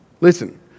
Listen